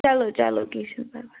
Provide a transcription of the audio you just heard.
چلو چلو کیٚنٛہہ چھُنہٕ پرواے